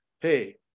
hey